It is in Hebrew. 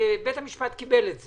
בית המשפט קיבל את זה.